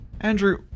Andrew